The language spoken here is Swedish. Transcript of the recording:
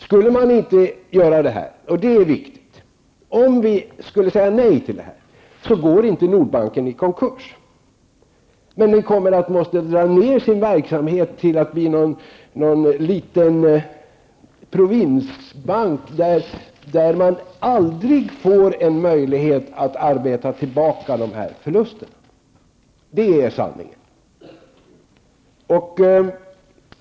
Om riksdagen skulle säga nej till detta kapitaltillskott, så går ändå inte Nordbanken i konkurs. Men den tvingas dra ned på verksamheten och bli en liten provinsbank som aldrig ges möjlighet att arbeta tillbaka förlusterna. Det är sanningen.